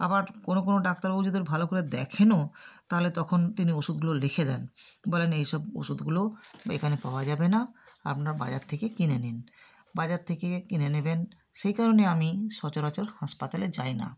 আবার কোনও কোনও ডাক্তারবাবু যদি আর ভালো করে দেখেনও তাহলে তখন তিনি ওষুধগুলো লিখে দেন বলেন এই সব ওষুধগুলো এখানে পাওয়া যাবে না আপনার বাজার থেকে কিনে নিন বাজার থেকে কিনে নেবেন সেই কারণে আমি সচরাচর হাসপাতালে যাই না